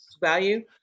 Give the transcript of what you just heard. value